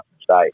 state